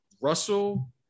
Russell